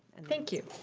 and thank you.